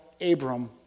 Abram